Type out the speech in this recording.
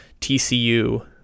TCU